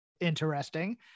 Interesting